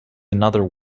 another